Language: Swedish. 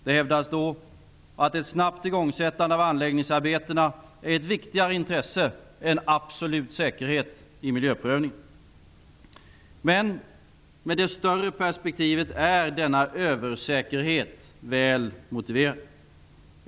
Det hävdas då att ett snabbt igångsättande av anläggningsarbetena är ett viktigare intresse än absolut säkerhet i miljöprövningen. Men med det större perspektivet är denna ''översäkerhet'' väl motiverad.